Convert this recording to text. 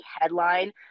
headline